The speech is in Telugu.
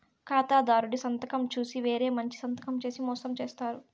ఖాతాదారుడి సంతకం చూసి వేరే మంచి సంతకం చేసి మోసం చేత్తారు